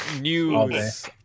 news